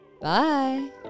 Bye